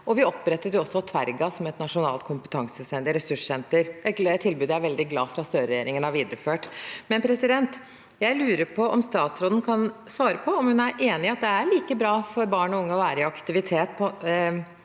vi opprettet også Tverga som et nasjonalt ressurssenter, et tilbud jeg er veldig glad for at Støreregjeringen har videreført. Jeg lurer på om statsråden kan svare på om hun er enig i at det er like bra for barn og unge å være i aktivitet